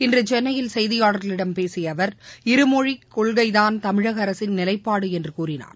இன்றசென்னையில் செய்தியாளர்களிடம் பேசியஅவர் இருமொழிக் கொள்கைதான் தமிழகஅரசின் நிலைப்பாடுஎன்றுகூறினார்